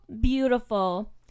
beautiful